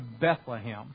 Bethlehem